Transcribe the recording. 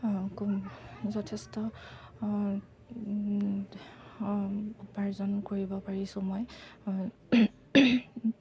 আকৌ যথেষ্ট উপাৰ্জন কৰিব পাৰিছোঁ মই